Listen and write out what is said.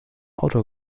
auto